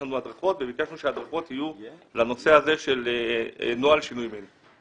יש לנו הדרכות וביקשנו שההדרכות יהיו לנושא הזה של נוהל שינוי מין.